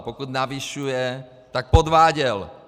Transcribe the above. Pokud navyšuje, tak podváděl.